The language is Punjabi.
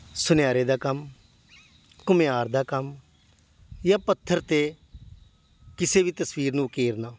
ਸੁਨਿਆਰੇ ਦਾ ਕੰਮ ਘੁਮਿਆਰ ਦਾ ਕੰਮ ਜਾਂ ਪੱਥਰ 'ਤੇ ਕਿਸੇ ਵੀ ਤਸਵੀਰ ਨੂੰ ਉਕੇਰਨਾ